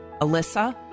Alyssa